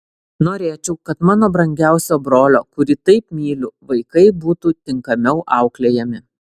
norėčiau kad mano brangiausio brolio kurį taip myliu vaikai būtų tinkamiau auklėjami